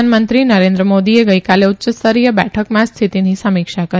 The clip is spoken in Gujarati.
પ્રધાનમંત્રી નરેન્દ્ર મોદીએ ગઇકાલે ઉચ્ચસ્તરીય બેઠકમાં સ્થિતિની સમીક્ષા કરી